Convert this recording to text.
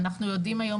אנחנו יודעים היום,